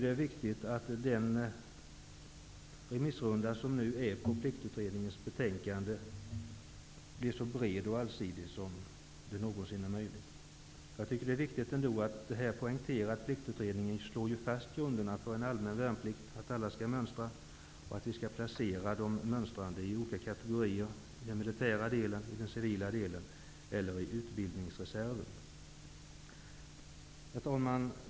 Det är viktigt att den remissrunda som pliktutredningens betänkande är föremål för blir så bred och allsidig som någonsin är möjligt. Jag vill här poängtera att pliktutredningen slår fast grunderna för en allmän värnplikt, att alla skall mönstra och att vi skall placera de mönstrande i olika kategorier, i den militära delen, i den civila delen eller i utbildningsreserven. Herr talman!